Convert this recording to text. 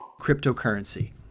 cryptocurrency